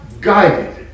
guided